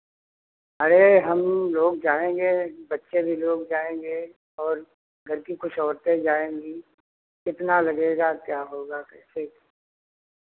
अरे हम लोग जाएँगे बच्चे भी लोग जाएँगे और घर की कुछ औरतें जाएँगी कितना लगेगा क्या होगा कैसे